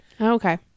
Okay